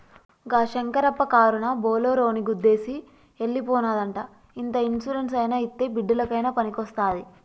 గా శంకరప్ప కారునా బోలోరోని గుద్దేసి ఎల్లి పోనాదంట ఇంత ఇన్సూరెన్స్ అయినా ఇత్తే బిడ్డలకయినా పనికొస్తాది